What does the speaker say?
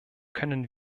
können